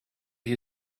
you